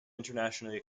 internationally